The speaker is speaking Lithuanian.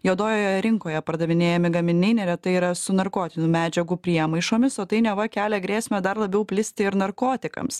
juodojoje rinkoje pardavinėjami gaminiai neretai yra su narkotinių medžiagų priemaišomis o tai neva kelia grėsmę dar labiau plisti ir narkotikams